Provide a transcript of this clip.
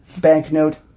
banknote